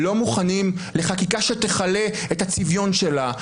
לא מוכן לחקיקה שתכלה את הצביון שלה,